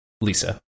Lisa